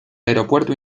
aeropuerto